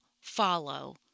follow